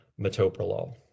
metoprolol